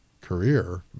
career